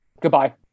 Goodbye